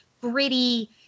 gritty